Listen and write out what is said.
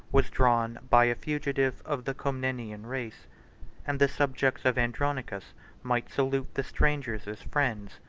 was drawn by a fugitive of the comnenian race and the subjects of andronicus might salute the strangers as friends,